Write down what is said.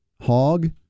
hog